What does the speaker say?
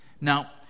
Now